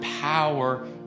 power